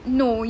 no